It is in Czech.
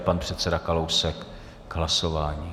Pan předseda Kalousek k hlasování.